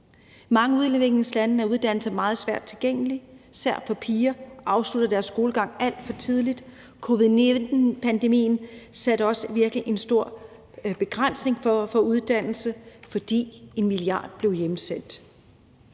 mange udviklingslande er uddannelser meget svært tilgængelige, især for piger. De afslutter deres skolegang alt for tidligt. Covid-19-pandemien satte virkelig også en stor begrænsning for uddannelse, fordi en milliard blev hjemsendt.